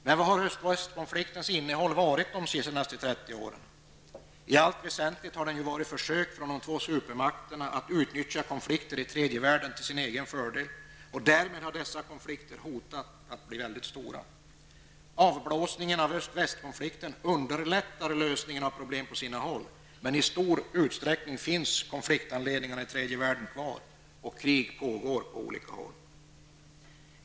Men vad har öst--väst-konfliktens innehåll varit de senaste 30 åren? I allt väsentligt har den varit försök från de två supermakterna att utnyttja konflikter i tredje världen till sin egen fördel, och därmed har dessa konflikter hotat att bli väldigt stora. Avblåsningen av öst--väst-konflikten underlättar lösningen av problem på sina håll. Men i stor utsträckning finns konfliktanledningarna i tredje världen kvar och krig pågår på olika håll.